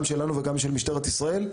גם שלנו וגם של משטרת ישראל,